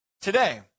today